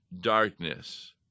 darkness